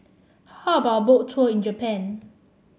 how about a Boat Tour in Japan